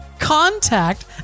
Contact